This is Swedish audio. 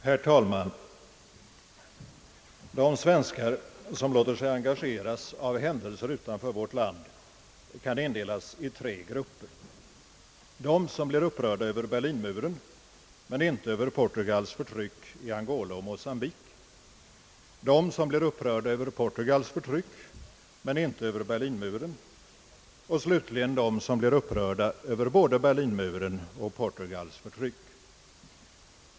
Herr talman! De svenskar som låter sig engageras av händelser utanför vårt land kan indelas i tre grupper: de som blir upprörda över Berlinmuren men inte över Portugals förtryck i Angola och Mocambique, de som blir upprörda över Portugals förtryck men inte över Berlinmuren och slutligen de som blir upprörda över både Berlinmuren och Portugals förtryck.